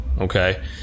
Okay